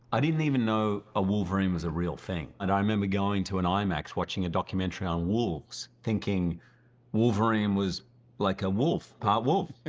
i didn't even know a wolverine was a real thing. and i remember going to an imax watching a documentary on wolves thinking wolverine was like a wolf, part wolf.